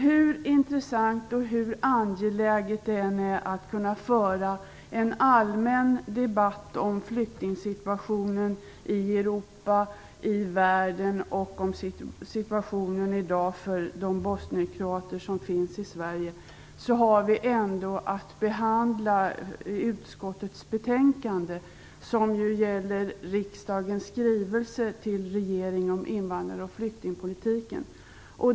Hur intressant och hur angeläget det än är att föra en allmän debatt om flyktingsituationen i Europa och i världen och om situationen i dag för de bosnienkroater som finns i Sverige, har vi ändå att behandla utskottets betänkande, som ju gäller regeringens skrivelse till riksdagen om invandrar och flyktingpolitiken.